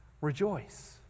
Rejoice